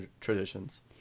traditions